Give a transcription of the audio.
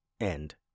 end